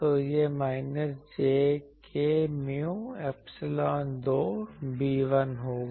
तो यह minus j k mu epsilon 2 B1 होगा